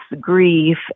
grief